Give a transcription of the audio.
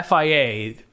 FIA